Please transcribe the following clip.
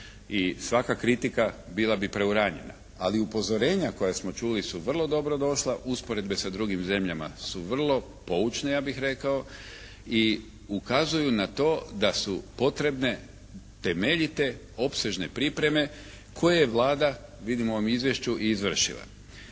i svaka kritika bila bi preuranjena, ali upozorenja koja smo čuli su vrlo dobro došla, usporedbe sa drugim zemljama su vrlo poučne ja bih rekao i ukazuju na to da su potrebne temeljite opsežne pripreme koje je Vlada vidimo u ovom izvješću i izvršila.